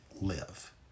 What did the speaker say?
live